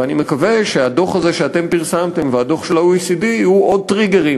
ואני מקווה שהדוח הזה שאתם פרסמתם והדוח של ה-OECD יהיו עוד טריגרים